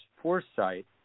foresight